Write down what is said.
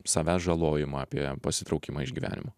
savęs žalojimą apie pasitraukimą iš gyvenimo